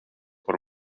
par